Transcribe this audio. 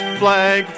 flag